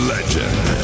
Legend